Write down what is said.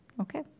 Okay